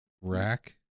rack